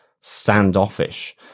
Standoffish